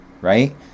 right